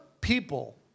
people